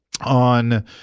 On